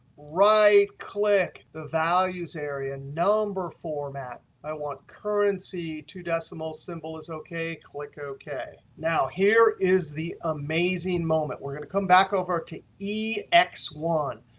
right click the values area. number format i want currency. two decimal symbol is ok. click ok. now, here is the amazing moment. we're going to come back over to ex one.